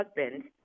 husband